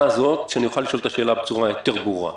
כדי שאוכל לשאול את השאלה בצורה יותר ברורה.